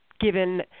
given